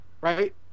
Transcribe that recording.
right